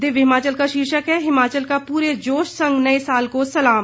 दिव्य हिमाचल का शीर्षक है हिमाचल का पूरे जोश संग नए साल को सलाम